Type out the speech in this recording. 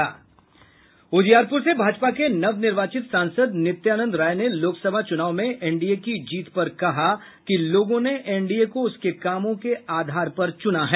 उजियारपुर से भाजपा के नवनिर्वाचित सांसद नित्यानंद राय ने लोकसभा चुनाव में एनडीए की जीत पर कहा कि लोगों ने एनडीए को उसके कामों के आधार पर चुना है